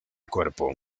cuerpo